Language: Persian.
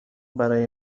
برای